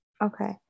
Okay